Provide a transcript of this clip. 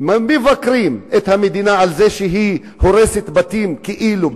מבקרים את המדינה על זה שהיא הורסת בתים כאילו,